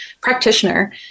practitioner